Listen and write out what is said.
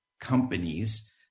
companies